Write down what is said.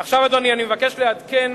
עכשיו, אדוני, אני מבקש לעדכן